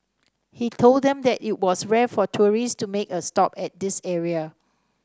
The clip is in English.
he told them that it was rare for tourists to make a stop at this area